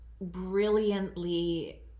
brilliantly